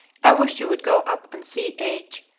i wish you would go up and see h.